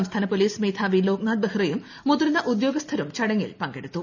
സംസ്ഥാന പോലീസ് മേധാവി ലോക്നാഥ് ബെഹ്റയും മുതിർന്ന ഉദ്യോഗസ്ഥരും ചടങ്ങിൽ പങ്കെടുത്തു